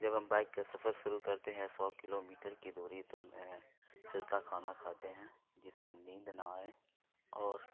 جب ہم بائک کا سفر شروع کرتے ہیں سو کلو میٹر کی دوری تو میں ہلکا کھانا کھاتے ہیں جس سے نیند نہ آئے اور